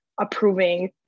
approving